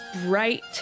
bright